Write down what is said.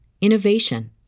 innovation